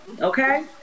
Okay